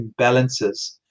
imbalances